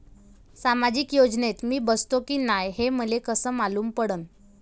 सामाजिक योजनेत मी बसतो की नाय हे मले कस मालूम पडन?